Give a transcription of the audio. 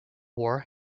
war